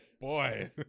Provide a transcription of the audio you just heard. boy